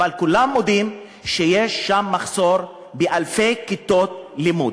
אבל כולם מודים שיש שם מחסור באלפי כיתות לימוד.